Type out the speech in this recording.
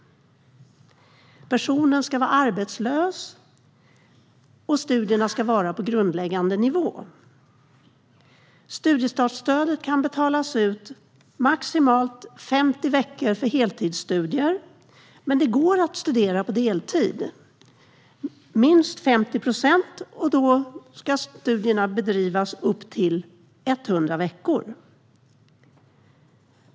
Personen ska vara arbetslös, och studierna ska vara på grundläggande nivå. Studiestartsstödet kan betalas ut för maximalt 50 veckors heltidsstudier. Det går också att studera på deltid, minst 50 procent, och då kan studierna bedrivas upp till 100 veckor.